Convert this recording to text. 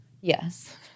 Yes